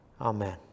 Amen